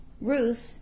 Ruth